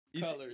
colors